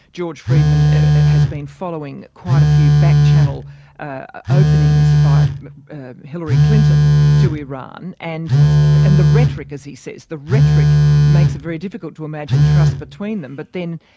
george friedman has been following quite a few backchannel ah openings by hillary clinton to iran and the and the rhetoric, as he says, the rhetoric makes it very difficult to imagine trust between them. but then,